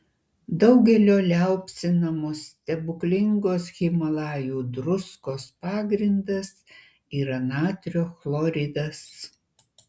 daugelio liaupsinamos stebuklingos himalajų druskos pagrindas yra natrio chloridas